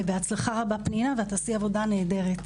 בהצלחה רבה פנינה, את תעשי עבודה נהדרת.